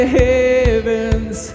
heavens